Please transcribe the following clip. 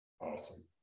Awesome